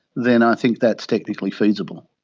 then i think that's technically feasible.